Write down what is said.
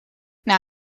naar